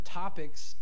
topics